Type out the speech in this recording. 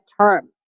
term